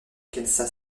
kansas